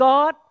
God